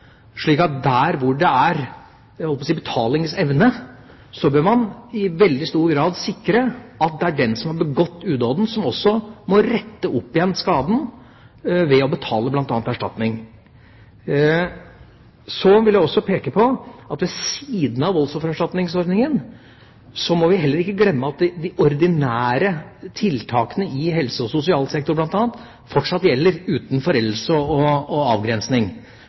slik at der hvor det er betalingsevne, bør man i veldig stor grad sikre at det er den som har begått udåden, som også må rette opp igjen skaden bl.a. ved å betale erstatning. Så vil jeg også peke på at ved siden av voldsoffererstatningsordningen må vi heller ikke glemme at de ordinære tiltakene bl.a. i helse- og sosialsektoren fortsatt gjelder, uten foreldelse og avgrensning, slik at folk skal kunne få hjelp. Vi kan ikke la hele livet og